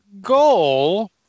goal